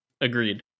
Agreed